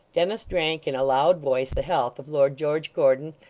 dennis drank in a loud voice the health of lord george gordon,